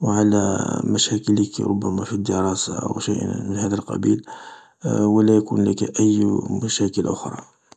و على مشاكلك ربما في الدراسة أو شيء من هذا القبيل و لا يكون لك اي مشاكل أخرى.